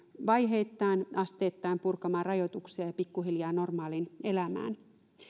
vaiheittain asteittain purkamaan rajoituksia ja pikkuhiljaa normaaliin elämään